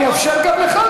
אני אאפשר גם לך.